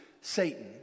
Satan